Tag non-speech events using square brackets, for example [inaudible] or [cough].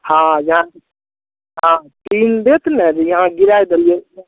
हँ हँ [unintelligible] जे अहाँ गिराय देलियै